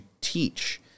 teach